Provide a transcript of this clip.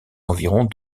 environs